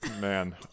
Man